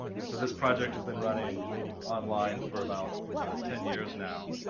and so this project has been running online for about ten years now,